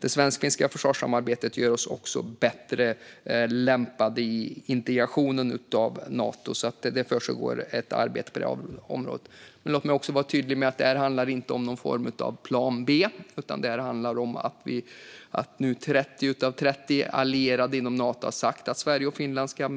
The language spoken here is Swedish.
Det svensk-finska försvarssamarbetet gör oss också bättre lämpade i integrationen i Nato. Det försiggår alltså ett arbete på det området. Låt mig också vara tydlig med att det inte handlar om någon plan B, utan nu har 30 av 30 allierade i Nato sagt att Sverige och Finland ska